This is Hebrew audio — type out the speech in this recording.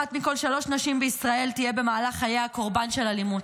אחת מכל שלוש נשים בישראל תהיה במהלך חייה קורבן של אלימות.